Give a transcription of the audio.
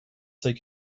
take